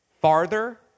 farther